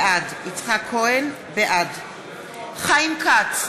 בעד חיים כץ,